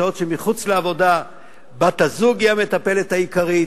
בשעות שמחוץ לשעות העבודה בת-הזוג היא המטפלת העיקרית,